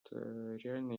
реально